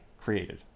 created